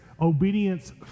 obedience